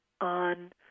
on